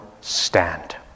stand